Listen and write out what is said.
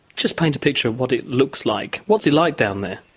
just paint a picture of what it looks like. what's it like down there?